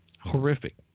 horrific